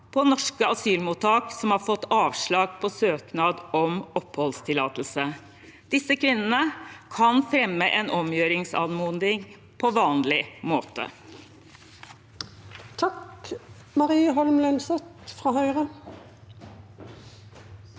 på norske asylmottak som har fått avslag på søknad om oppholdstillatelse. Disse kvinnene kan fremme en omgjøringsanmodning på vanlig måte. Mari Holm Lønseth (H)